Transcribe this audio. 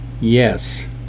yes